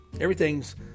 everything's